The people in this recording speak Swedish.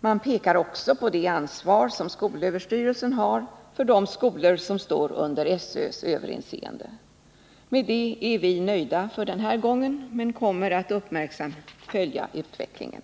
Man pekar också på det ansvar som skolöverstyrelsen har för de skolor som står under SÖ:s överinseende. — Med detta är vi nöjda för denna gång, men vi kommer att uppmärksamt följa utvecklingen.